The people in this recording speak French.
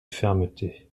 fermeté